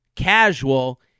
casual